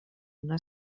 una